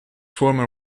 former